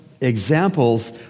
examples